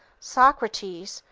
socrates,